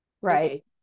Right